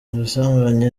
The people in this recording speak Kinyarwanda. ubusambanyi